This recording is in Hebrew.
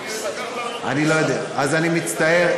אני לא יודע, אז אני מצטער.